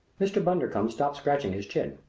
mr. bundercombe stopped scratching his chin.